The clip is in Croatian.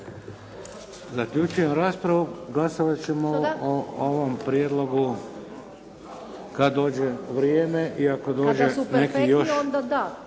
Zaključujem raspravu. Glasovat ćemo o ovom prijedlogu kad dođe vrijeme i ako dođe neki još…